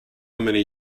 many